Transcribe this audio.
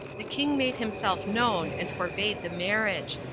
the king made himself known and forbade the marriage,